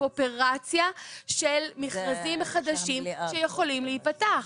אופרציה של מכרזים חדשים שיכולים להיפתח.